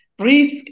risk